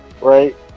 right